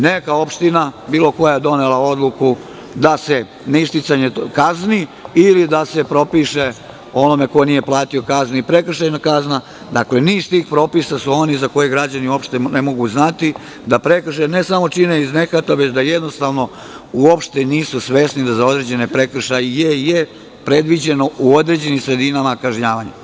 Neka opština, bilo koja, je donela odluku, ne isticanje kazni, ili da se propiše onome ko nije platio kaznu i prekršajna kazna, dakle niz tih propisa je za koje građani uopšte ne mogu znati, da prekršaj, ne samo čine iz nehata, već da jednostavno uopšte nisu svesni da za određene prekršaje je predviđeno u određenim sredinama kažnjavanje.